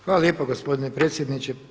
Hvala lijepo gospodine predsjedniče.